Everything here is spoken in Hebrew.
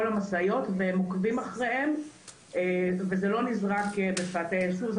המשאיות והם עוקבים אחריהן וזה לא נזרק בפאתי הישוב.